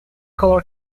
color